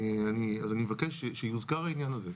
אז אני מבקש שיוזכר העניין הזה,